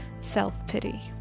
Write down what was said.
self-pity